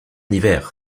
hiver